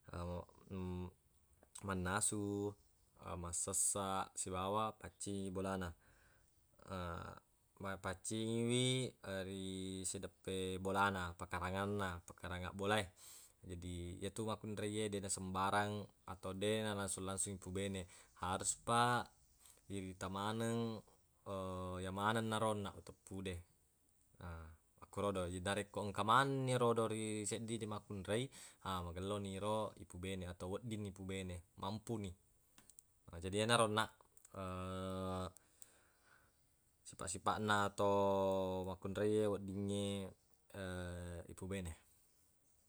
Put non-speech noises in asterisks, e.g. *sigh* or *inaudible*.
*hesitation* mannasu, massessaq sibawa paccingi bolana *hesitation* mappaccingiwi ri sideppe bolana pakaranganna pakarangan bolae. Jadi yetu makkunreiye deq nasembarang atau deq nalangsung-langsung ipubene haruspa irita maneng *hesitation* yemanenna ro onnaq uteppu de, na makkerodo jadi narekko engka manenni erodo ri seddide makkunrei ha magelloni ero ipubene atau wedding ipubene mampuni. Jadi yenaro onnaq *hesitation* sipaq-sipaqna atau makkunreiye weddingnge *hesitation* ipubene.